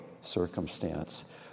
circumstance